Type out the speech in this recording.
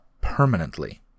permanently